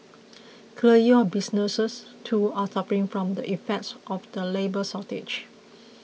clearly your businesses too are suffering from the effects of the labour shortage